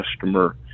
customer